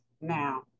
now